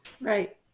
Right